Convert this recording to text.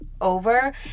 over